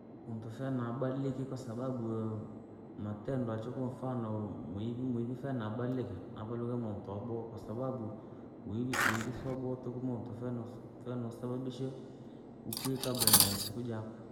Muntu fyana abadilike kwasababu, matendo yacho kwamfano mwivi mwivi fena na abadilike, avaluke muntu abowa kwasababu, wivi wivisoboto kumuntu vonusu venusababishe, ukwi kabe na sikuu.